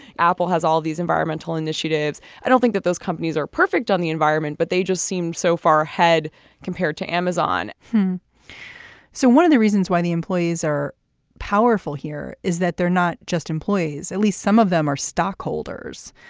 apple has all these environmental initiatives. i don't think that those companies are perfect on the environment but they just seem so far ahead compared to amazon so one of the reasons why the employees are powerful here is that they're not just employees at least some of them are stockholders.